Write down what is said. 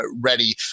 ready